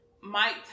Mike